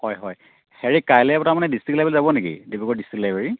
হয় হয় হেৰি কাইলৈ তাৰমানে ডিষ্ট্ৰিক্ট লাইব্ৰেৰীলৈ যাব নেকি ডিব্ৰুগড় ডিষ্ট্ৰিক্ট লাইব্ৰেৰী